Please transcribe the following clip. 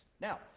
Now